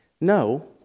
No